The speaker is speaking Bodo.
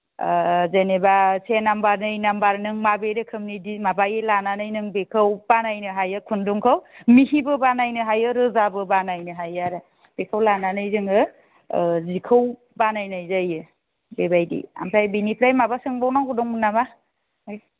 ओ जेन'बा से नाम्बार नै नाम्बार नों माबे रोखोमनि माबायो लानानै नों बेखौ बानायनो हायो खुन्दुंखौ मिहिबो बानायनो हायो रोजाबो बानायनो हायो आरो बेखौ लानानै जोङो ओ जिखौ बानायनाय जायो बेबायदि ओमफ्राय बिनिफ्राय माबा सोंबावनांगौ दंमोन नामा आगै